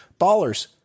Ballers